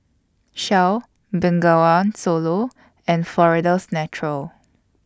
Shell Bengawan Solo and Florida's Natural